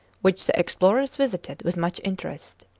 which the explorers visited with much interest.